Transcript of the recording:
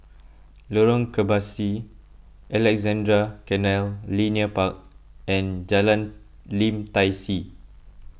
Lorong Kebasi Alexandra Canal Linear Park and Jalan Lim Tai See